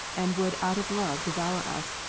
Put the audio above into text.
and would out of love devour us,